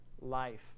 life